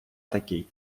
такий